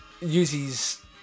uses